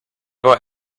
about